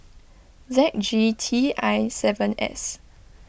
Z G T I seven S